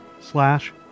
slash